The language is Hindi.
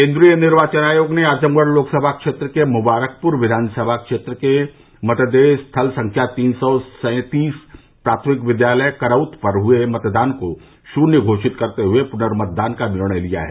केन्द्रीय निर्वाचन आयोग ने आजमगढ़ लोकसभा क्षेत्र के मुबारकपुर विधानसभा क्षेत्र के मतदेय स्थल संख्या तीन सौ सैंतीस प्राथमिक विद्यालय करउत पर हुए मतदान को शून्य घोषित करते हुए पुनर्मतदान को निर्णय लिया है